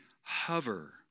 hover